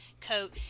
coat